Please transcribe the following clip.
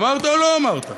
אמרת או לא אמרת?